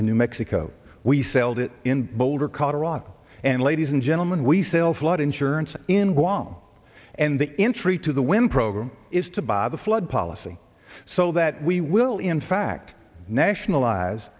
in new mexico we sailed it in boulder colorado and ladies and gentlemen we sail flood insurance in wam and the entry to the win program is to bob the flood policy so that we will in fact nationalize